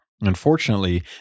unfortunately